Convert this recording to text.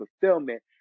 fulfillment